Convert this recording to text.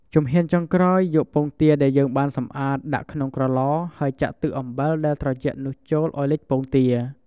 ជំហានចុងក្រោយ យកពងទាដែលយើងបានសម្អាតដាក់ក្នុងក្រឡ ហើយចាក់ទឹកអំបិលដែលត្រជាក់នោះចូលឱ្យលិចពងទា។